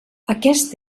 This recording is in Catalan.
aquest